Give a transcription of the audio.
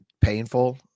painful